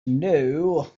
know